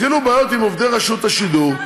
כשהתחילו בעיות עם עובדי רשות השידור,